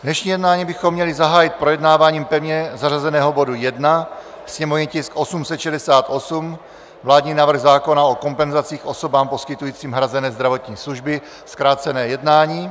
Dnešní jednání bychom měli zahájit projednáváním pevně zařazeného bodu 1, sněmovní tisk 868, vládní návrh zákona o kompenzacích osobám poskytujícím hrazené zdravotní služby, zkrácené jednání.